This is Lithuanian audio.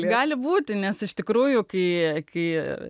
gali būti nes iš tikrųjų kai